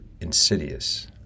insidious